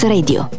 Radio